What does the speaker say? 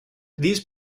these